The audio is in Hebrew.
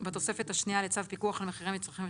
לא הצביעו על 6 ו-7.